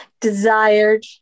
desired